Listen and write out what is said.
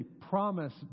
promise